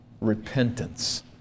repentance